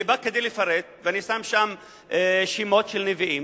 אני בא כדי לפרט, ואני שם שם שמות של נביאים.